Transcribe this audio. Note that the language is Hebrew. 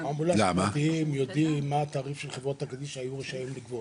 אמבולנסים פרטיים יודעים מה התעריף של חברה קדישא כפי שמופיע